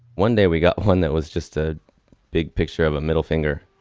one day we got one that was just a big picture of a middle finger.